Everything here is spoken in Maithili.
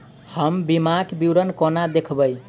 हम बीमाक विवरण कोना देखबै?